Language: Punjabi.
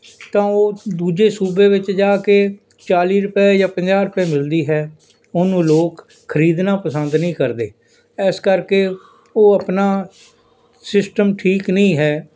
ਤਾਂ ਉਹ ਦੂਜੇ ਸੂਬੇ ਵਿੱਚ ਜਾ ਕੇ ਚਾਲੀ ਰੁਪਏ ਜਾਂ ਪੰਜਾਹ ਰੁਪਏ ਮਿਲਦੀ ਹੈ ਉਹਨੂੰ ਲੋਕ ਖਰੀਦਣਾ ਪਸੰਦ ਨਹੀਂ ਕਰਦੇ ਇਸ ਕਰਕੇ ਉਹ ਆਪਣਾ ਸਿਸਟਮ ਠੀਕ ਨਹੀਂ ਹੈ